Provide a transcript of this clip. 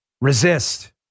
Resist